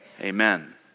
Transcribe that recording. Amen